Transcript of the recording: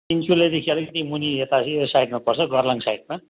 तिनचुलेदेखि अलिकति मुनि यता यो साइडमा पर्छ गार्लाङ साइडमा